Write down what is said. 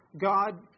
God